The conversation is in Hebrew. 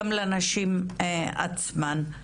גם לנשים עצמן.